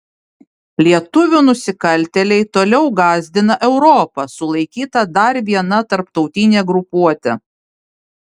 lietuvių nusikaltėliai toliau gąsdina europą sulaikyta dar viena tarptautinė grupuotė